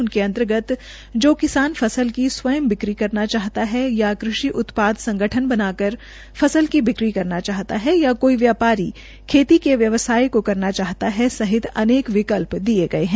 उनके अंतर्गत जो किसान फसल की स्वयं बिक्री करना चाहता है या कृषि उत्पाद संगठन बनाकार फसल की बिक्री करना चाहता है या कोई व्यापारी खेती के व्यवसाय को करना चाहता है सहित अनेक विकल्प दिये गये है